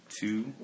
Two